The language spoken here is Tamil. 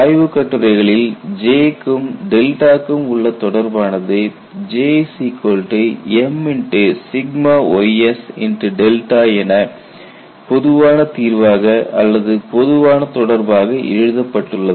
ஆய்வுக் கட்டுரைகளில் J க்கும் க்கும் உள்ள தொடர்பானது Jmys என பொதுவான தீர்வாக அல்லது பொதுவான தொடர்பாக எழுதப்பட்டுள்ளது